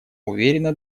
уверенно